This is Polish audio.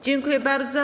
Dziękuję bardzo.